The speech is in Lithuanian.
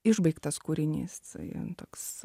išbaigtas kūrinys toks